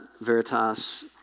Veritas